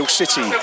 city